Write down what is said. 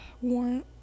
One